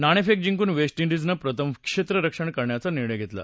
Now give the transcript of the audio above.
नाणेफेक जिंकून वेस्ट इंडीजनं प्रथम क्षेत्ररक्षण करण्याचा निर्णय घेतला